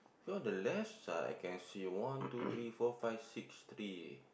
here on the left side I can see one two three four five six tree